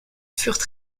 furent